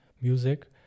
music